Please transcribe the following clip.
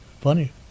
funny